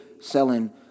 selling